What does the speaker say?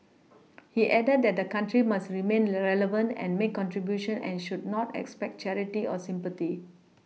he added that the country must remain relevant and make contributions and should not expect charity or sympathy